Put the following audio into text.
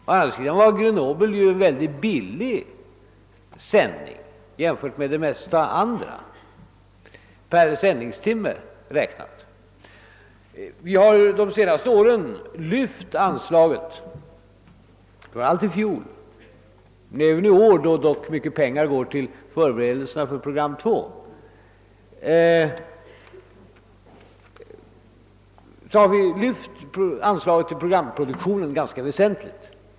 Å andra sidan var sändningarna från Grenoble mycket billiga per sändningstimme räknat i jämförelse med det mesta andra. Framför allt i fjol men även i år, då dock mycket pengar går till förberedelserna för program 2, har vi lyft anslaget till programproduktionen ganska väsentligt.